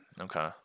Okay